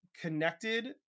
connected